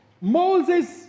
moses